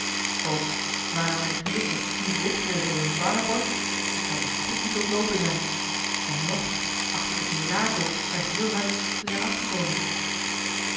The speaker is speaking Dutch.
ook ware mijn gewisse niet wit geweest als eene zwaneborst ik zou den strop niet ontloopen zijn en nog acht ik het mirakel er heelshuids te zijn afgekomen